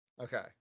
Okay